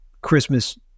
Christmas